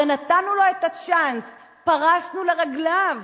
הרי נתנו לו את הצ'אנס, פרסנו לרגליו